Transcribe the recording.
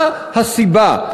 מה הסיבה?